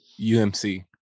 UMC